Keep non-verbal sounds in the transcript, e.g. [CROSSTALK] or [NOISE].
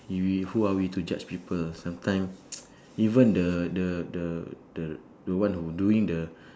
i~ we who are we to judge people sometime [NOISE] even the the the the the one who doing the